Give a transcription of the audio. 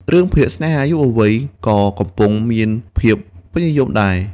រឿងភាគស្នេហាយុវវ័យក៏កំពុងតែមានភាពពេញនិយមដែរ។